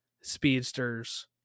speedsters